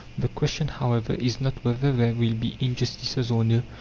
the question, however, is not whether there will be injustices or no,